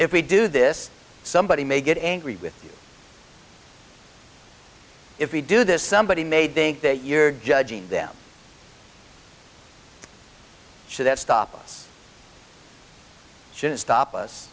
if we do this somebody may get angry with you if we do this somebody made think that you're judging them so that stop us shouldn't stop us